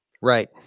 Right